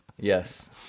Yes